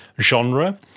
genre